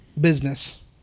business